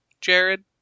Jared